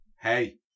Hey